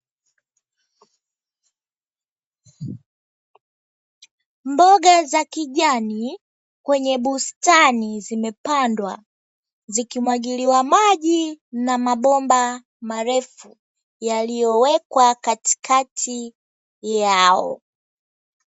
Mboga za kijani kwenye bustani zimepandwa zikimwagiliwa maji na mabomba marefu yaliyowekwa katikati yao.